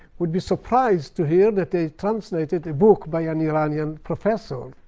would be surprised to hear that they translated a book by an iranian professor,